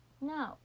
no